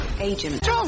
Agent